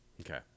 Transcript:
Okay